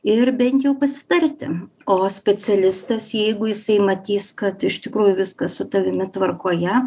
ir bent jau pasitarti o specialistas jeigu jisai matys kad iš tikrųjų viskas su tavimi tvarkoje